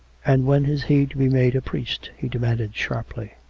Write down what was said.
and when is he to be made priest? he demanded sharply.